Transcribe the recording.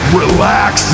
relax